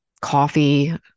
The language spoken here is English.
coffee